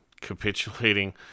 capitulating